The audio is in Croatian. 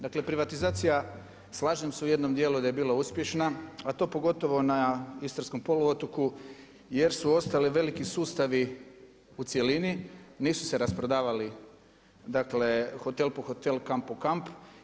Dakle, privatizacija, slažem se u jednom dijelu da je bila uspješna, a to pogotovo na istarskom poluotoku, jer su ostali veliki sustavi u cjelini, nisu se rasprodavali, dakle hotel po hotel, kamp po kamp.